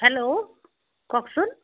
hello কওকচোন